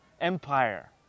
empire